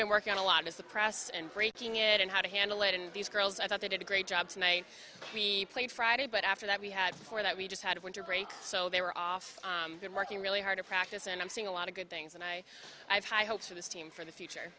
we work on a lot with the press and breaking it and how to handle it and these girls i thought they did a great job tonight we played friday but after that we had before that we just had a winter break so they were off and working really hard in practice and i'm seeing a lot of good things and i have high hopes for this team for the future